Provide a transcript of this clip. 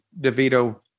devito